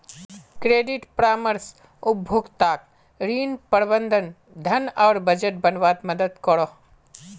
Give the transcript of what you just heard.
credit परामर्श उपभोक्ताक ऋण, प्रबंधन, धन आर बजट बनवात मदद करोह